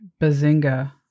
Bazinga